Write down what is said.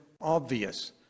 obvious